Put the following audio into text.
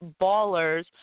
Ballers